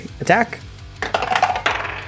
attack